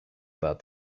about